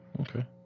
Okay